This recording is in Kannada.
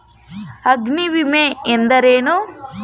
ಅಗ್ನಿವಿಮೆ ಎಂದರೇನು?